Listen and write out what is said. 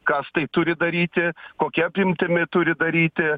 kas tai turi daryti kokia apimtimi turi daryti